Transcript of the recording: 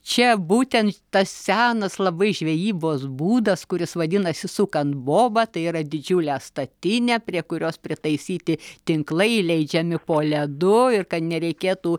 čia būtent tas senas labai žvejybos būdas kuris vadinasi sukant bobą tai yra didžiulę statinę prie kurios pritaisyti tinklai leidžiami po ledu ir kad nereikėtų